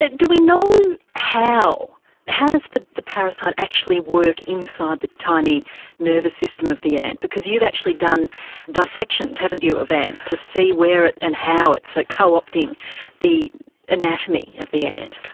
ah do we know how how the the parasite actually works inside the tiny nervous system of the ant because you've actually done dissections haven't you of ants to see where and how it's like co-opting the anatomy of the ant?